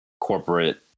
corporate